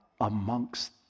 amongst